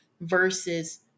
versus